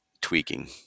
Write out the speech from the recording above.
tweaking